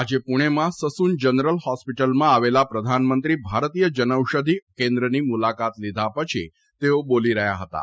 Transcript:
આજે પુણેમાં Sassoon General હોસ્પિટલમાં આવેલા પ્રધાનમંત્રી ભારતીય જનઔષધિ કેન્દ્રની મુલાકાત લીધા પછી તેઓ બોલી રહ્યાં હતાં